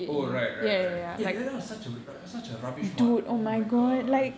oh right right right eh that that was such a such a rubbish mod oh my gosh